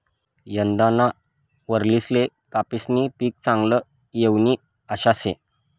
यंदाना वरीसले कपाशीनं पीक चांगलं येवानी आशा शे